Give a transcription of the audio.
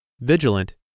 vigilant